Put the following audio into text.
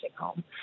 home